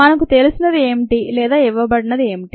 మనకు తెలిసినది ఏంటి లేదా ఇవ్వబడినది ఏంటి